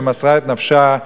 שמסרה את נפשה.